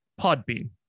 Podbean